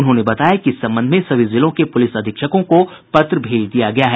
उन्होंने बताया कि इस संबंध में सभी जिलों के पुलिस अधीक्षकों को पत्र भेज दिया गया है